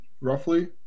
roughly